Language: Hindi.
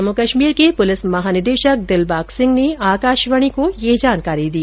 जम्मू कश्मीर के पुलिस महानिदेशक दिलंबाग सिंह ने आकाशवाणी को ये जानकारी दी